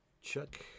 Chuck